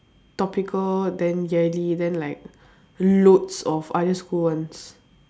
topical then yearly then like loads of other school ones